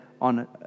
on